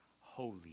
holy